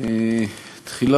תחילה